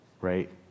right